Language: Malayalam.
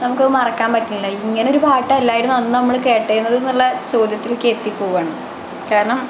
നമുക്കത് മറക്കാന് പറ്റുന്നില്ല ഇങ്ങനൊരു പാട്ടല്ലായിരുന്നു അന്നു നമ്മൾ കേട്ടേ എന്നതുന്നുള്ള ചോദ്യത്തിലേക്ക് എത്തിപ്പോകാണ് കാരണം